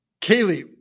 Kaylee